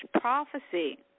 prophecy